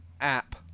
app